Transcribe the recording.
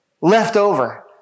leftover